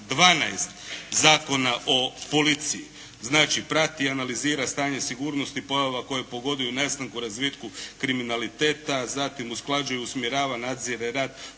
12. Zakona o policiji. Znači prati i analizira stanje sigurnosti pojava koje pogoduju nastanku, razvitku kriminaliteta, zatim usklađuje, usmjerava, nadzire rad